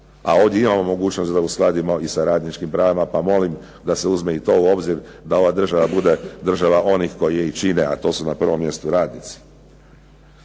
a ovdje imamo mogućnost da uskladimo i sa radničkim pravima pa molim da se uzme i to u obzir da ova država bude država onih koji je i čine a to su na prvom mjestu radnici.